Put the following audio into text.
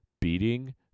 beating